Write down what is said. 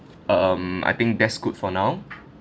um I think that's good for now